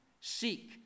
Seek